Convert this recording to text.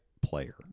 player